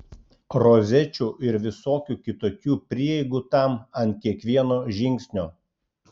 rozečių ir visokių kitokių prieigų tam ant kiekvieno žingsnio